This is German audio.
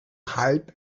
halb